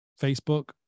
Facebook